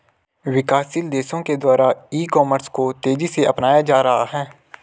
विकासशील देशों के द्वारा ई कॉमर्स को तेज़ी से अपनाया जा रहा है